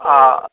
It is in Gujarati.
હા